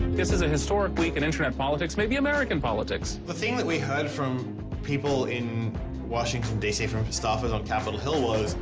this is a historic week in internet politics, maybe american politics. the thing that we heard from people in washington d c, from staffers on capitol hill was,